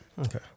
Okay